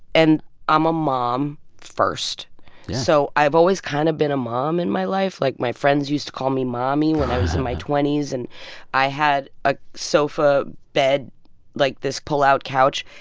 and i'm a mom first yeah so i've always kind of been a mom in my life. like, my friends used to call me mommy. when i was in my twenty s. and i had a sofa bed like, this pullout couch.